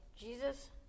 Jesus